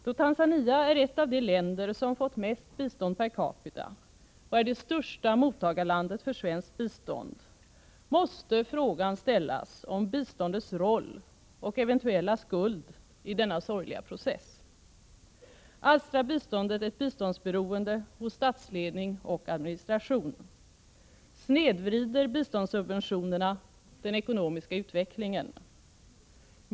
Då Tanzania är ett av de länder som fått mest bistånd per capita och är det största mottagarlandet för svenskt bistånd, måste frågan ställas om biståndets roll och eventuella skuld i denna sorgliga process. Alstrar biståndet ett biståndsberoende hos statsledning och administration? Snedvrider biståndssubventionerna den ekonomiska utvecklingen?